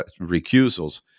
recusals